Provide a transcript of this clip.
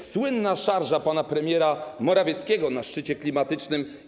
Słynna szarża pana premiera Morawieckiego na szczycie klimatycznym.